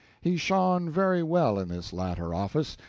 he shone very well in this latter office.